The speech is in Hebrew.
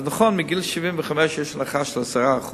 אז נכון, מגיל 75 יש הנחה של 10%,